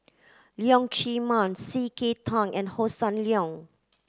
Leong Chee Mun C K Tang and Hossan Leong